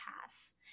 pass